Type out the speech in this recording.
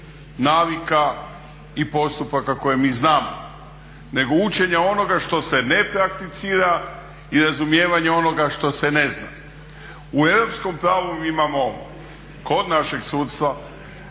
navika i postupaka koje mi znamo, nego učenja onoga što se ne prakticira i razumijevanja onoga što se ne zna. U europskom pravu mi imamo kod našeg sudstva